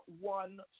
one